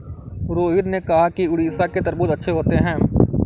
रोहित ने कहा कि उड़ीसा के तरबूज़ अच्छे होते हैं